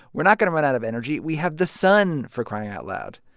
we're not going to run out of energy. we have the sun, for crying out loud.